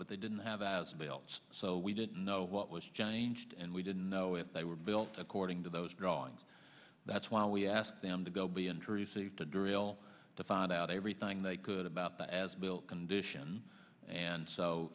but they didn't have as belts so we didn't know what was jane just and we didn't know it they were built according to those drawings that's why we asked them to go be intrusive to drill to find out everything they could about that as built condition and so